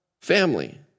family